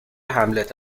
هملت